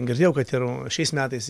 girdėjau kad ir šiais metais